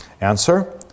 Answer